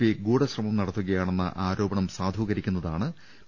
P ഗൂഢശ്രമം നടത്തുകയാ ണെന്ന ആരോപണം സാധൂകരിക്കുന്നതാണ് പി